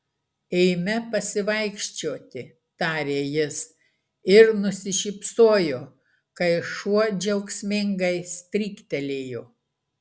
eime pasivaikščioti tarė jis ir nusišypsojo kai šuo džiaugsmingai stryktelėjo